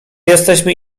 jesteśmy